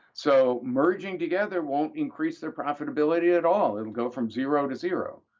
so merging together won't increase their profitability at all. it will go from zero to zero,